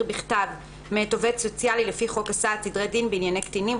בכתב מאת עובד סוציאלי לפי חוק הסעד (סדרי דין) בענייני קטינים,